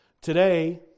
Today